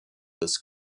this